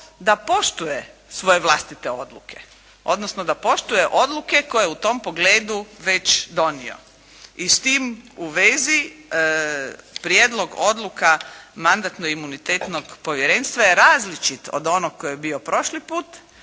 da poštuje svoje vlastite odluke, odnosno da poštuje odluke koje je u tom pogledu već donio. I s tim u vezi prijedlog odluka Mandatno-imunitetnog povjerenstva je različit od onog koji je bio prošli put